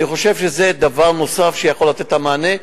אני חושב שזה דבר נוסף שיכול לתת מענה,